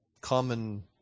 common